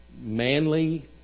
manly